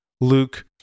Luke